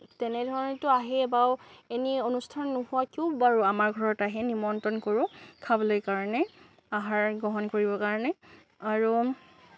তেনেধৰণেটো আহেই বাৰু এনেই অনুষ্ঠান নোহোৱাকেও বাৰু আমাৰ ঘৰত আহে নিমন্ত্ৰণ কৰোঁ খাবলৈ কাৰণে আহাৰ গ্ৰহণ কৰিবৰ কাৰণে আৰু